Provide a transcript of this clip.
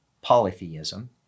polytheism